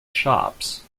shops